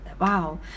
Wow